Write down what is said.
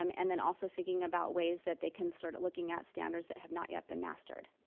um and then also thinking about ways that they can start looking at standards that have not yet been mastered.